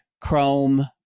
Chrome